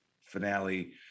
finale